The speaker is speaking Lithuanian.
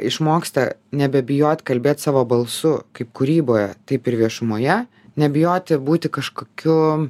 išmoksta nebijoti kalbėt savo balsu kaip kūryboje taip ir viešumoje nebijoti būti kažkokiu